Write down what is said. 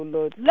Lord